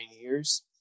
years